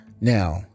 Now